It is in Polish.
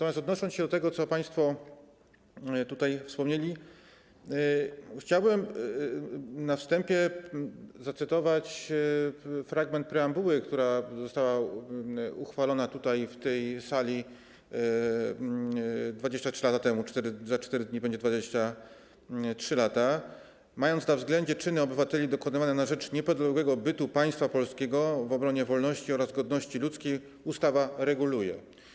Odnosząc się do tego, o czym państwo wspomnieli, chciałbym na wstępie zacytować fragment preambuły, która została uchwalona w tej sali 23 lata temu, za 4 dni będą 23 lata: Mając na względzie czyny obywateli dokonywane na rzecz niepodległego bytu państwa polskiego w obronie wolności oraz godności ludzkiej ustawa reguluje.